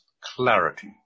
clarity